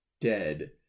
dead